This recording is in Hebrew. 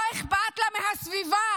לא אכפת לה מהסביבה